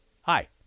Hi